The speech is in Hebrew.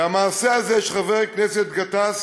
והמעשה הזה של חבר הכנסת גטאס